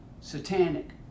satanic